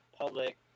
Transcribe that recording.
public